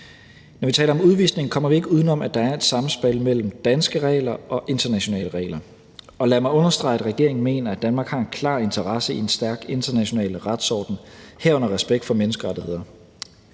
Når vi taler om udvisning, kommer vi ikke uden om, at der er et samspil mellem danske regler og internationale regler, og lad mig understrege, at regeringen mener, at Danmark har en klar interesse i en stærk international retsorden, herunder respekt for menneskerettigheder.